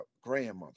grandmother